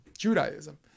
judaism